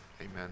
Amen